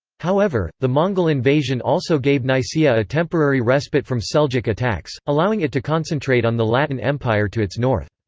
however, the mongol invasion also gave nicaea a temporary respite from seljuk attacks, allowing it to concentrate on the latin empire to its north.